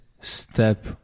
step